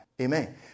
Amen